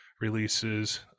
releases